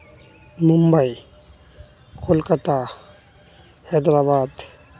Mumbai Kolkata Hyderabad